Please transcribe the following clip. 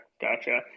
gotcha